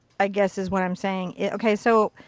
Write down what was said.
i guess is what i'm saying. okay. so,